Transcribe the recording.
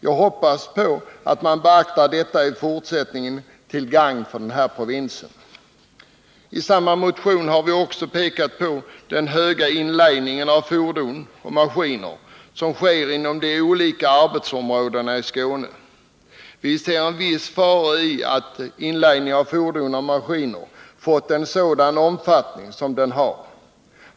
Jag hoppas att man beaktar detta i fortsättningen till gagn för den här provinsen. I samma motion har vi också pekat på den höga inlejning av fordon och maskiner som sker inom de olika arbetsområdena i Skåne. Vi ser en viss fara i att inlejningen av fordon och maskiner fått en sådan omfattning som den nu har.